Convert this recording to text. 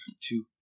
two